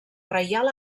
reial